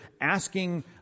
asking